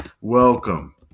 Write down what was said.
welcome